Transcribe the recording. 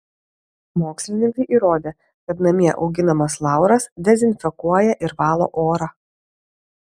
mokslininkai įrodė kad namie auginamas lauras dezinfekuoja ir valo orą